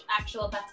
actual